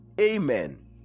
amen